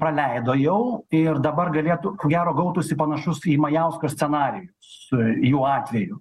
praleido jau ir dabar galėtų ko gero gautųsi panašus į majausko scenarijus jų atveju